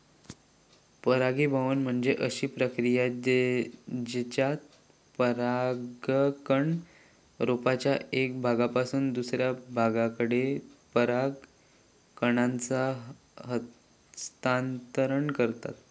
परागीभवन म्हणजे अशी प्रक्रिया जेच्यात परागकण रोपाच्या एका भागापासून दुसऱ्या भागाकडे पराग कणांचा हस्तांतरण करतत